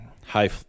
high